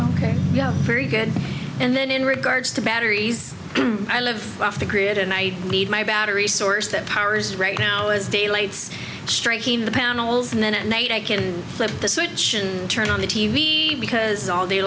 yeah very good and then in regards to batteries i live off the grid and i need my battery source that powers right now as the lights striking the panels and then at night i can flip the switch and turn on the t v because all day